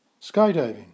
skydiving